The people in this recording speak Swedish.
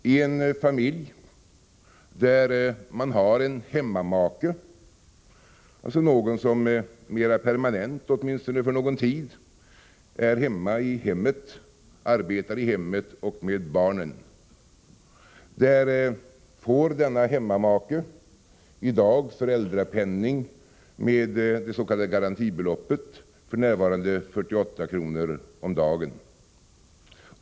I en familj där man har en hemmamake — alltså någon som mera permanent, åtminstone för någon tid, är hemma, arbetar i hemmet och med barnen — får denna hemmamake i dag föräldrapenning med det s.k. garantibeloppet, som f.n. uppgår till 48 kr. om dagen.